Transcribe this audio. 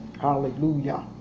Hallelujah